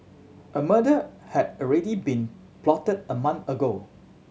a murder had already been plotted a month ago